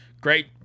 great